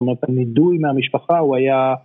זאת אומרת, הנדוי מהמשפחה, הוא היה...